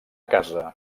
casa